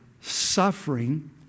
suffering